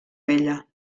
vella